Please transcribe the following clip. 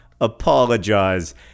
apologize